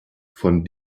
von